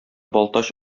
балтач